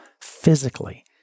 physically